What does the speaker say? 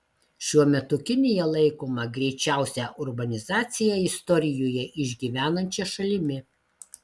šiuo metu kinija laikoma greičiausią urbanizaciją istorijoje išgyvenančia šalimi